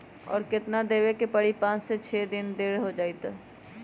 और केतना देब के परी पाँच से छे दिन देर हो जाई त?